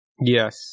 Yes